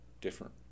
different